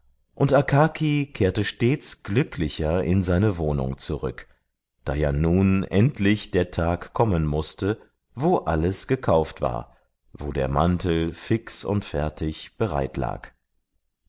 und akaki kehrte stets glücklicher in seine wohnung zurück da ja nun endlich der tag kommen mußte wo alles gekauft war wo der mantel fix und fertig bereitlag